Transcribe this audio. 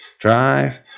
drive